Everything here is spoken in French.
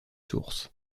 source